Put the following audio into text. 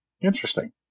interesting